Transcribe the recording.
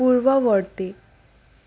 পূৰ্বৱৰ্তী